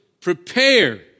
prepare